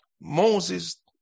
Moses